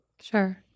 sure